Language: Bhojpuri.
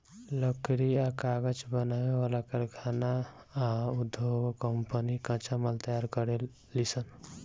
लकड़ी आ कागज बनावे वाला कारखाना आ उधोग कम्पनी कच्चा माल तैयार करेलीसन